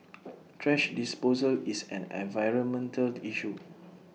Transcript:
thrash disposal is an environmental issue